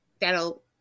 that'll